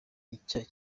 icyayi